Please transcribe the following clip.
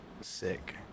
sick